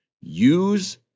use